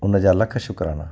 हुनजा लख शुक्राना